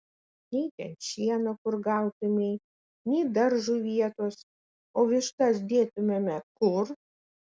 nei ten šieno kur gautumei nei daržui vietos o vištas dėtumėme kur